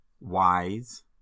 wise